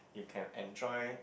you can enjoy